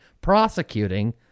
prosecuting